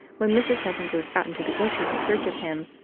when mrs. heaven goes out into the orchard in search of him,